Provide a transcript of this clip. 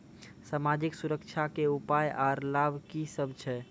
समाजिक सुरक्षा के उपाय आर लाभ की सभ छै?